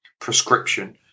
prescription